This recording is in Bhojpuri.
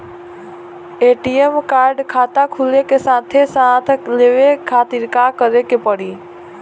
ए.टी.एम कार्ड खाता खुले के साथे साथ लेवे खातिर का करे के पड़ी?